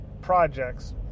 Projects